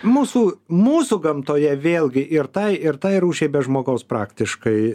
mūsų mūsų gamtoje vėlgi ir tai ir tai rūšiai be žmogaus praktiškai